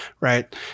right